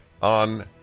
On